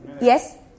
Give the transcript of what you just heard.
Yes